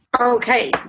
Okay